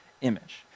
image